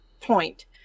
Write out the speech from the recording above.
point